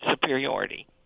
superiority